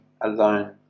alone